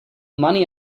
money